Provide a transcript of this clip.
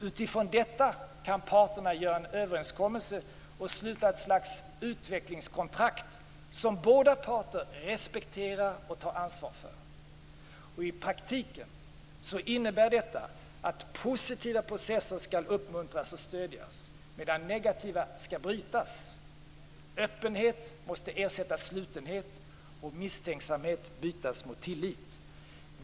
Utifrån detta kan parterna göra en överenskommelse och sluta ett slags utvecklingskontrakt som båda parter respekterar och tar ansvar för. I praktiken innebär det att positiva processer skall uppmuntras och stödjas, medan negativa skall brytas. Öppenhet måste ersätta slutenhet, och misstänksamhet måste bytas mot tillit.